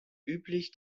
üblich